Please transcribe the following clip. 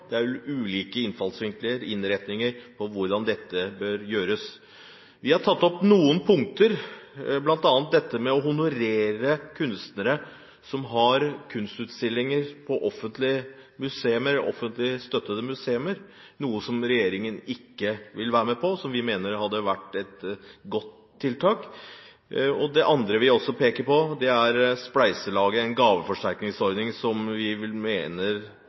det er ulike innfallsvinkler og innretninger for hvordan dette bør gjøres. Vi har tatt opp noen punkter, bl.a. dette med å honorere kunstnere som har kunstutstillinger på offentlig støttede museer – noe som regjeringen ikke vil være med på, men som vi mener hadde vært et godt tiltak. Det andre vi peker på, er spleiselaget, en gaveforsterkningsordning vi mener